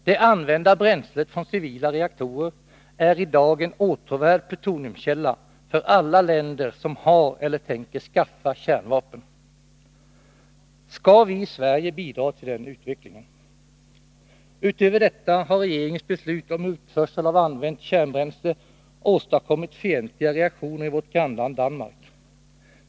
Det använda bränslet från civila reaktorer är i dag en åtråvärd plutoniumkälla för alla länder som har eller tänker skaffa kärnvapen. Skall vi i Sverige bidra till den utvecklingen? Utöver detta har regeringens beslut om utförsel av använt kärnbränsle åstadkommit fientliga reaktioner i vårt grannland Danmark.